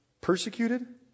persecuted